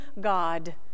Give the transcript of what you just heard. God